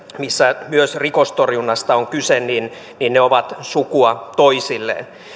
missä myös rikostorjunnasta on kyse ovat sukua toisilleen